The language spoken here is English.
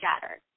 shattered